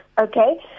okay